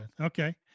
Okay